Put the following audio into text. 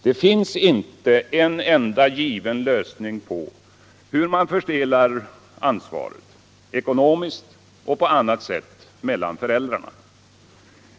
Det finns inte en enda given lösning på hur man fördelar ansvaret, ekonomiskt och på annat sätt, mellan föräldrarna.